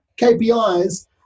KPIs